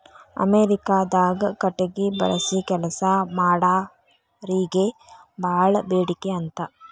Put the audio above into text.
ಅಮೇರಿಕಾದಾಗ ಕಟಗಿ ಬಳಸಿ ಕೆಲಸಾ ಮಾಡಾರಿಗೆ ಬಾಳ ಬೇಡಿಕೆ ಅಂತ